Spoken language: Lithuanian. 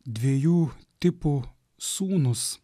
dviejų tipų sūnūs